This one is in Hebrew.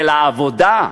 אל העבודה.